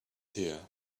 here